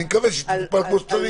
אני מקווה שהיא תטופל כמו שצריך.